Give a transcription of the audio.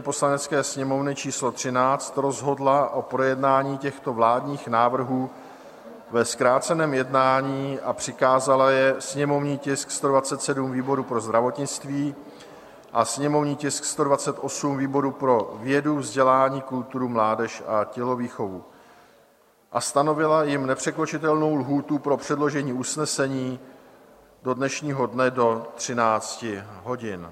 Poslanecké sněmovny číslo 13 rozhodla o projednání těchto vládních návrhů ve zkráceném jednání a přikázala je: sněmovní tisk 127 výboru pro zdravotnictví a sněmovní tisk 128 výboru pro vědu, vzdělání, kulturu, mládež a tělovýchovu a stanovila jim nepřekročitelnou lhůtu pro předložení usnesení do dnešního dne do 13 hodin.